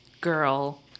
girl